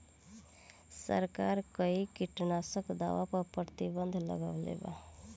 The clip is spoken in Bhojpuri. सरकार कई किटनास्क दवा पर प्रतिबन्ध लगवले बा